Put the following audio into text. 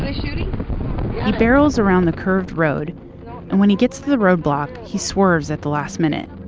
ah shooting? he barrels around the curved road and when he gets to the roadblock, he swerves at the last minute.